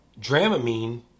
Dramamine